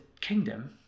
kingdom